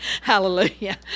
hallelujah